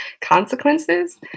consequences